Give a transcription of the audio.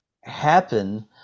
happen